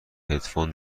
هدفون